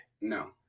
No